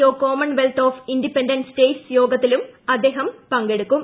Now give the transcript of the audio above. O Commonwealth of Independent States യോഗത്തിലും അദ്ദേഹം പങ്കെടുക്കും